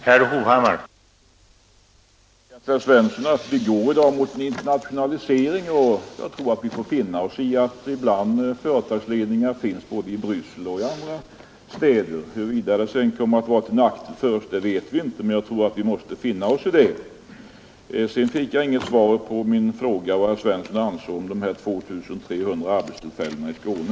Herr talman! Jag tror, herr Svensson i Malmö, att vi i dag går mot en internationalisering och att vi får finna oss i att ha företagsledningar både i Bryssel och i andra städer. Huruvida detta kommer att bli till nackdel för oss vet vi inte, men jag tror att vi måste finna oss i det. Sedan fick jag inte något svar på min fråga vad herr Svensson anser om de där 2 300 arbetstillfällena i Skåne.